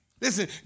Listen